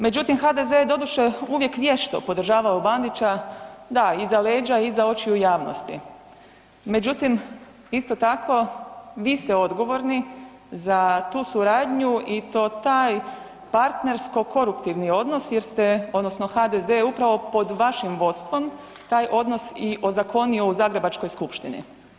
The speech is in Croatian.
Međutim, HDZ je doduše uvijek vješto podržavao Bandića, da iza leđa, iza očiju javnosti, međutim isto tako vi ste odgovorni za tu suradnju i to taj partnersko koruptivni odnos jer ste odnosno HDZ je upravo pod vašim vodstvom taj odnos i ozakonio u zagrebačkoj skupštini.